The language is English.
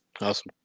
Awesome